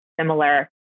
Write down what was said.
similar